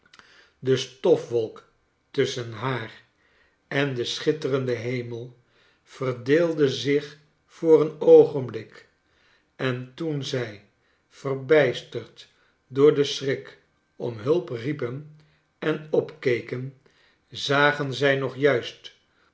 de stofwolk tusachen haar en den schitterenden hemel verdeelde zich voor een oogenblik en toen zij verbijsterd door den schrik om hulp riepen en opkeken zagen zij nog juist